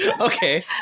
Okay